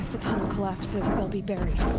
the tunnel collapses, they'll be buried.